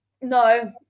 no